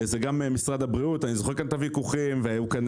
זה גם משרד הבריאות אני זוכר את הוויכוחים שהיו כאן,